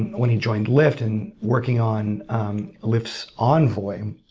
when he joined lyft and working on lyft's envoy,